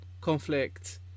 conflict